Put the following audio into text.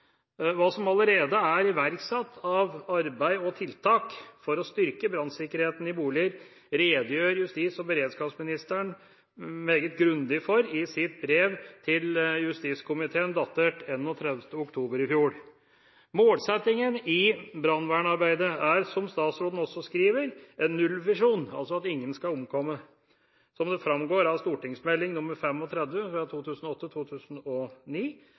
Hva som allerede er iverksatt av arbeid og tiltak for å styrke brannsikkerheten i boliger, redegjør justis- og beredskapsministeren meget grundig for i sitt brev til justiskomiteen datert 31. oktober i fjor. Målsettingen i brannvernarbeidet er, som statsråden skriver, en nullvisjon, altså at ingen skal omkomme, slik det framgår av